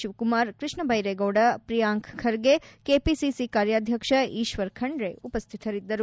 Shivakumar Krishna Byre Gowda Priyank Kharge KPCC ಕಾರ್ಯಾಧಕ್ಷ ಈಶ್ವರ್ ಖಂಡ್ರ ಉಪಸ್ಡಿತರಿದ್ದರು